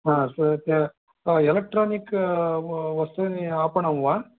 हा श्रूयते एलेक्ट्रानिक् वस्तूनि आपणं वा